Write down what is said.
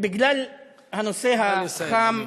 בגלל הנושא החם,